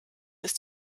ist